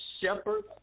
shepherd